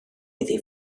iddi